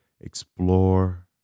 explore